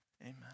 Amen